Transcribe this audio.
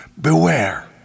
Beware